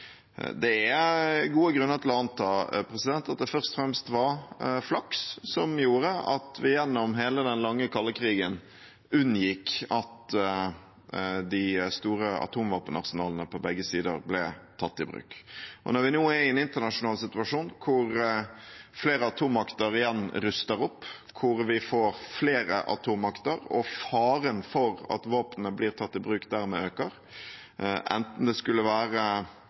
Det er gode grunner til å anta at det først og fremst var flaks som gjorde at vi gjennom hele den lange kalde krigen unngikk at de store atomvåpenarsenalene på begge sider ble tatt i bruk. Når vi nå er i en internasjonal situasjon der flere atommakter igjen ruster opp, der vi får flere atommakter, og faren for at våpenet blir tatt i bruk, dermed øker, enten det skulle være